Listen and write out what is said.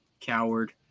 Coward